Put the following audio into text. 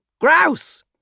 Grouse